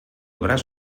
braç